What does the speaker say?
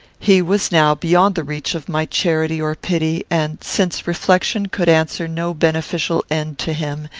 he was now beyond the reach of my charity or pity and, since reflection could answer no beneficial end to him,